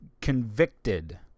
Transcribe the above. convicted